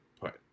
put